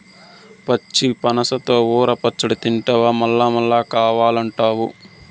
పచ్చి పనసతో ఊర పచ్చడి తింటివా మల్లమల్లా కావాలంటావు